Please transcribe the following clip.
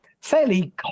fairly